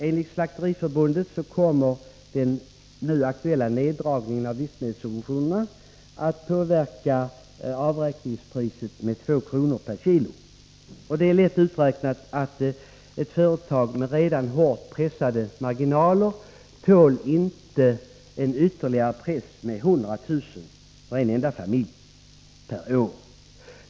Enligt Slakteriförbundet kommer den nu aktuella neddragningen av livsmedelssubventionerna att påverka avräkningspriset med 2 kr. per kilo. Det är lätt att räkna ut att företag med hårt pressade marginaler i sin ekonomi inte tål en ytterligare press med 100 000 kr. för en enda familj per år.